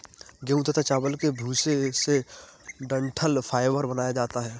गेहूं तथा चावल के भूसे से डठंल फाइबर बनाया जाता है